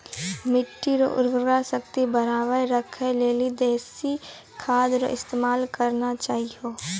मिट्टी रो उर्वरा शक्ति बढ़ाएं राखै लेली देशी खाद रो इस्तेमाल करना चाहियो